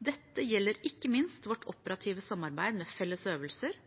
Dette gjelder ikke minst vårt operative samarbeid med felles øvelser,